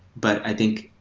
but i think,